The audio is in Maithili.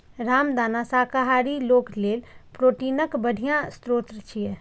रामदाना शाकाहारी लोक लेल प्रोटीनक बढ़िया स्रोत छियै